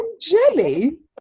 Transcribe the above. jelly